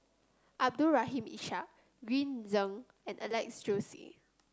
Abdul Rahim Ishak Green Zeng and Alex Josey